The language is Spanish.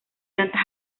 tantas